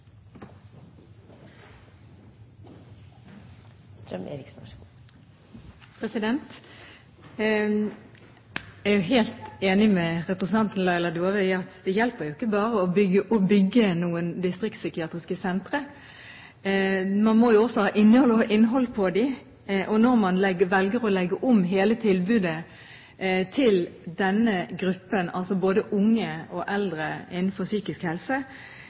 helt enig med representanten Laila Dåvøy i at det hjelper ikke bare å bygge noen distriktspsykiatriske sentre, man må jo også ha innhold i dem. Når man velger å legge om hele tilbudet til denne gruppen, altså både unge og eldre innenfor psykisk helse,